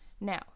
Now